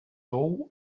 tou